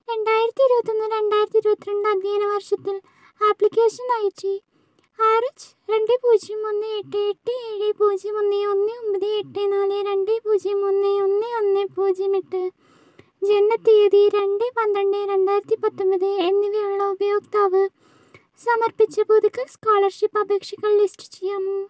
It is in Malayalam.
രണ്ടായിരത്തി ഇരുപത്തൊന്ന് രണ്ടായിരത്തി ഇരുപത്തി രണ്ട് അദ്ധ്യയന വർഷത്തിൽ ആപ്ലിക്കേഷനയച്ച് ആർ എച്ച് രണ്ട് പൂജ്യം ഒന്ന് എട്ട് എട്ട് ഏഴ് പൂജ്യം ഒന്ന് ഒന്ന് ഒമ്പത് എട്ട് നാല് രണ്ട് പൂജ്യം ഒന്ന് ഒന്ന് ഒന്ന് പൂജ്യം എട്ട് ജനനത്തീയതി രണ്ട് പന്ത്രണ്ട് രണ്ടായിരത്തി പത്തൊൻപത് എന്നിവയുള്ള ഉപയോക്താവ് സമർപ്പിച്ച പുതുക്കൽ സ്കോളർഷിപ്പ് അപേക്ഷകൾ ലിസ്റ്റ് ചെയ്യാമോ